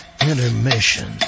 intermission